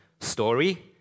story